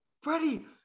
Freddie